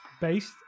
based